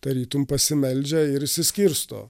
tarytum pasimeldžia ir išsiskirsto